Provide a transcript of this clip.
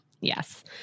Yes